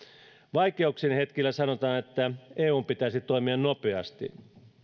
vaikeuksien hetkillä sanotaan että eun pitäisi toimia nopeasti